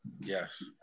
Yes